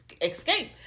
escape